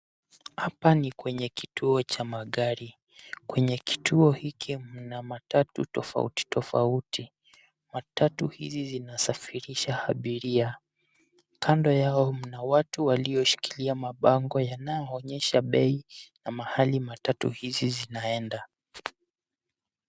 Hapa ni kwenye kituo cha magari. Kwenye kituo hiki na matatu tofauti. Matatu hizi zinasafirisha abiria .Kando yao kuna watu walioshikilia mabango yanayoonyesha bei na mahali matatu hizi zinaenda.